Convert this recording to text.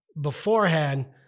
beforehand